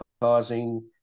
causing